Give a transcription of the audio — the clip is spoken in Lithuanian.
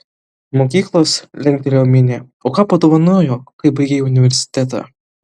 mokyklos linktelėjo minė o ką padovanojo kai baigei universitetą